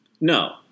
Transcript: No